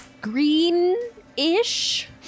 green-ish